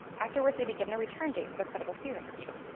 afterwords, they'd be given a return date for their credible fear interview.